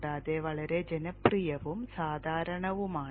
കൂടാതെ വളരെ ജനപ്രിയവും സാധാരണവുമാണ്